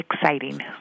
exciting